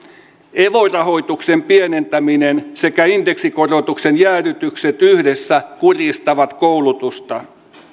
evo rahoituksen pienentäminen sekä indeksikorotusten jäädytykset yhdessä kurjistavat koulutusta